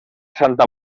santa